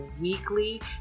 weekly